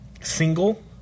single